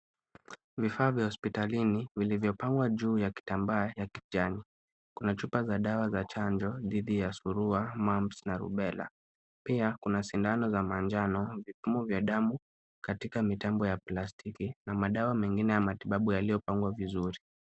Vifaa vya hospitalini vilivyopangwa juu ya kitambaa ya kijani, kuna chupa za dawa za chanjo dhidi ya surua, mumps , na rubella. Pia kuna sindano za manjano vipimo vya damu, katika mitambo ya plastiki, na madawa mengine ya matibabu yaliyopangwa vizuri.